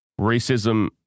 racism